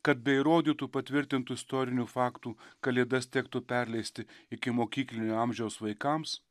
kad be įrodytų patvirtintų istorinių faktų kalėdas tektų perleisti ikimokyklinio amžiaus vaikams